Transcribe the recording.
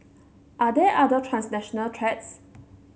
are there other transnational threats